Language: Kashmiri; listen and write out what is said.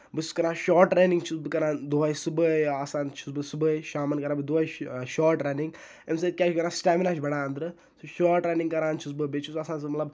بہٕ چھُس کران شاٹ رَنِگ چھُس بہٕ کران دۄہے صبُحٲے آسان چھُس بہٕ صبُحٲے شامَن کران بہٕ دۄہے شاٹ رَنِگ اَمہِ سۭتۍ کیاہ چھُ کران سِٹیمنا چھُ بَڑان أندرٕ سُہ شاٹ رَنِگ کران چھُس بہٕ بیٚیہِ چھُس بہٕ آسان مطلب